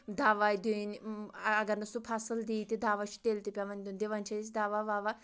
دوا دِنۍ اگر نہٕ سُہ فصٕل دی تہِ دوا چھُ تیٚلہِ تہِ پٮ۪وان دیُٚن دِوان چھِ أسۍ دوا وَوا